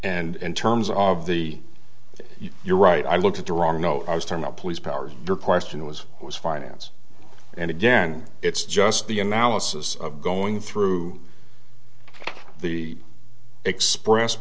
and in terms of the you're right i looked at the wrong no i was term of police powers your question was was finance and again it's just the analysis of going through the express